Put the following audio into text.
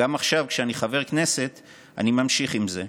גם עכשיו כשאני חבר כנסת אני ממשיך עם זה,